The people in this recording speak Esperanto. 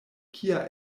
kia